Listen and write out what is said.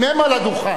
אם הם על הדוכן.